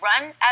run